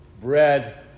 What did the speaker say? bread